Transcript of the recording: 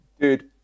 dude